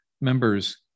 members